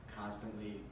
constantly